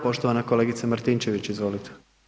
Poštovana kolegica Martinčević, izvolite.